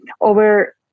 over